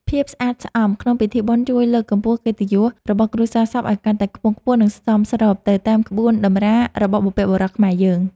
ភាពស្អាតស្អំក្នុងពិធីបុណ្យជួយលើកកម្ពស់កិត្តិយសរបស់គ្រួសារសពឱ្យកាន់តែខ្ពង់ខ្ពស់ និងសមស្របទៅតាមក្បួនតម្រារបស់បុព្វបុរសខ្មែរយើង។